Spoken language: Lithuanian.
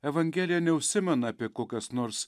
evangelija neužsimena apie kokias nors